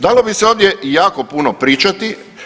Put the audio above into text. Dalo bi se ovdje jako puno pričati.